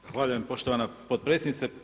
Zahvaljujem poštovana potpredsjednice.